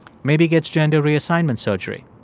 maybe gets gender reassignment surgery.